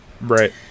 Right